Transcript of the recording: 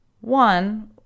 One